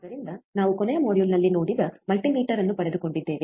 ಆದ್ದರಿಂದ ನಾವು ಕೊನೆಯ ಮಾಡ್ಯೂಲ್ನಲ್ಲಿ ನೋಡಿದ ಮಲ್ಟಿಮೀಟರ್ ಅನ್ನು ಪಡೆದುಕೊಂಡಿದ್ದೇವೆ